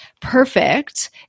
perfect